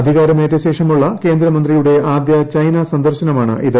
അധികാരമേറ്റ ശേഷമുള്ള കേന്ദ്രമന്ത്രിയുടെ ആദ്യ ചൈനാ സന്ദർശനമാണിത്